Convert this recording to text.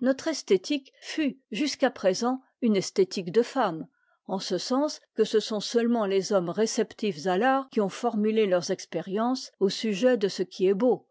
notre esthétique fut jusqu'à présent une esthétique de femme en ce sens que ce sont seulement les hommes réceptifs à l'art qui ont formulé leurs expériences au sujet de ce qui est beau